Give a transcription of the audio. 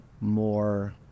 more